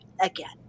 again